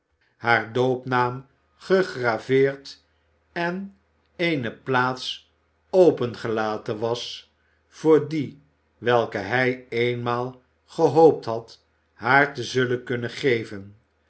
haar doopnaam gegraveerd en eene plaats opengelaten was voor dien welke hij eenmaal gehoopt had haar te zullen kunnen geven